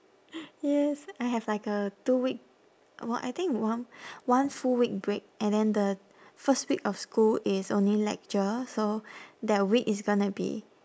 yes I have like a two week w~ I think one one full week break and then the first week of school is only lecture so that week is gonna be